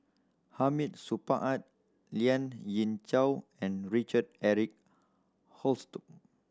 Hamid Supaat Lien Ying Chow and Richard Eric Holttum